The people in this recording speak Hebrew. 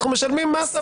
אנחנו משלמים מס עבאס.